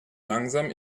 langsam